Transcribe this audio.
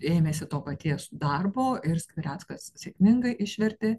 ėmėsi to paties darbo ir skvireckas sėkmingai išvertė